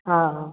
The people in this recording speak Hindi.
हाँ